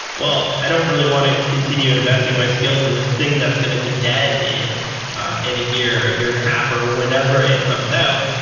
well, i don't really want to continue investing my skills in this thing that's going to be dead in in a year, or a year and a half, or whenever it comes out.